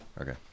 Okay